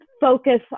focus